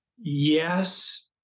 yes